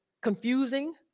confusing